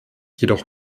jedoch